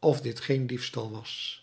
of dit geen diefstal was